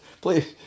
Please